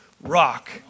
rock